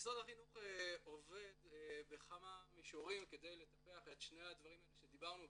משרד החינוך עובד בכמה מישורים כדי לטפח את שני הדברים האלה שדיברנו,